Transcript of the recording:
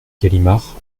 galimard